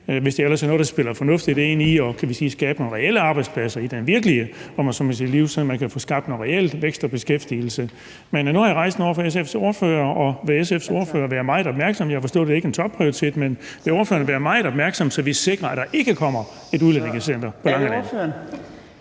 hvis det ellers er noget, der spiller fornuftigt ind i at skabe nogle reelle arbejdspladser i det virkelige liv, om jeg så må sige, sådan at man kan få skabt noget reel vækst og beskæftigelse. Nu har jeg rejst det over for SF's ordfører, og vil SF's ordfører så være meget opmærksom? Jeg kan forstå, at det ikke er en topprioritet, men vil ordføreren være meget opmærksom, så vi sikrer, at der ikke kommer et udrejsecenter på Langeland?